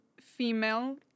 female